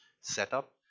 setup